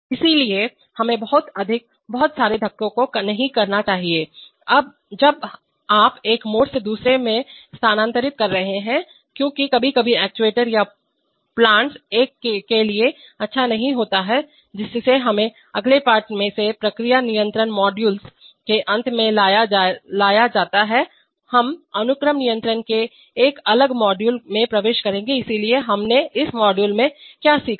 इसलिए हमें बहुत अधिक बहुत सारे धक्कों को नहीं करना चाहिए जब आप एक मोड से दूसरे में स्थानांतरित कर रहे हैं क्योंकि कभी कभी एक्ट्यूएटर्स या प्लांट्स के लिए अच्छा नहीं होता है जिससे हमें अगले पाठ से प्रक्रिया नियंत्रण मॉड्यूल के अंत में लाया जाता है हम अनुक्रम नियंत्रण के एक अलग मॉड्यूल में प्रवेश करेंगे इसलिए हमने इस मॉड्यूल में क्या सीखा